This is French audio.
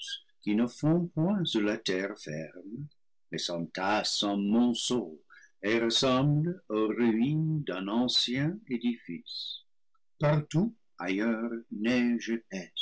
sur la terre ferme mais s'entasse en monceaux et ressemble aux ruines d'un ancien édifice partout ailleurs neige